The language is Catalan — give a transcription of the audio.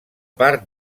part